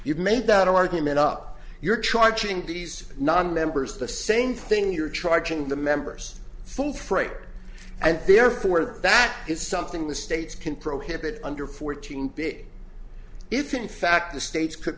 you've made that argument up you're charging these nonmembers the same thing you're charging the members full freight and therefore that is something the states can prohibit under fourteen big if in fact the states co